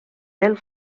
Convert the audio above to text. del